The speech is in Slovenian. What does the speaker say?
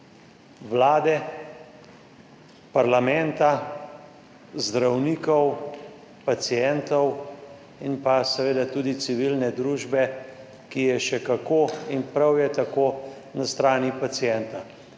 vlade, parlamenta, zdravnikov, pacientov in seveda tudi civilne družbe, ki je še kako, in prav je tako, na strani pacienta.